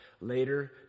later